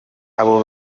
abo